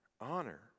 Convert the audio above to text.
honor